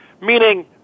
meaning